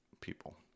people